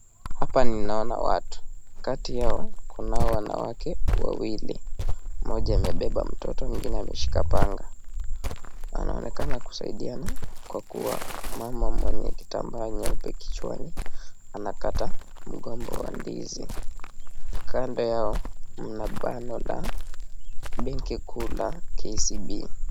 Hapa ninaona watu kati yao kunao wanawake wawili mmoja amebeba mtoto mwingine ameshika panga. Wanaonekana kusaidiana kwa kuwa mama mwenye kitambaa nyeupe kichwani anakata mgomba wa ndizi. Kando yao mna bango la benki kuu la KCB.